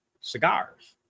cigars